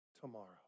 tomorrow